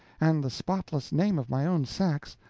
and the spotless name of my own sex,